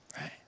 right